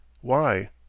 Why